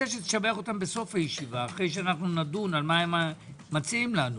בסוף הישיבה אחרי שנדון במה שמציעים לנו.